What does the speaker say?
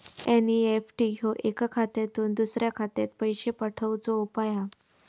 NEFT ह्यो एका खात्यातुन दुसऱ्या खात्यात पैशे पाठवुचो उपाय हा